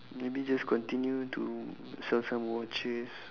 maybe just continue to sell some watches